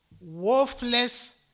worthless